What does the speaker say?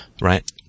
right